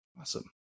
awesome